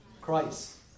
Christ